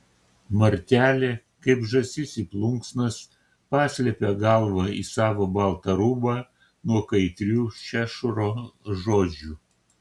martelė kaip žąsis į plunksnas paslepia galvą į savo baltą rūbą nuo kaitrių šešuro žodžių